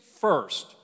first